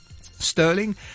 Sterling